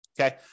Okay